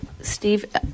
Steve